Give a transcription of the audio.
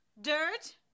dirt